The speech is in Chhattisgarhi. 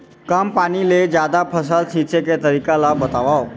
कम पानी ले जादा फसल सींचे के तरीका ला बतावव?